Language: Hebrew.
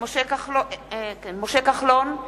משה כחלון,